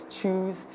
choose